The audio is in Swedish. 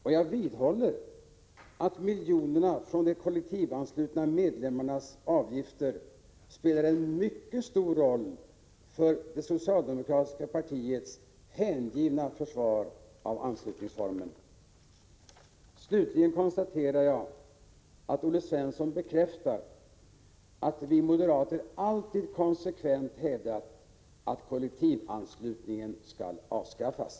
Och jag vidhåller att miljonerna från de kollektivanslutna medlemmarnas avgifter spelar en mycket stor roll för det socialdemokratiska partiets hängivna försvar av anslutningsformen. Slutligen konstaterar jag att Olle Svensson bekräftar att vi moderater alltid konsekvent hävdat att kollektivanslutningen skall avskaffas.